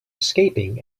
escaping